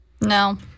No